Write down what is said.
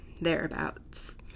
thereabouts